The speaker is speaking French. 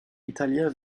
italiens